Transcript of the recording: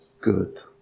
good